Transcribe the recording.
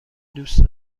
دوست